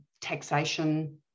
taxation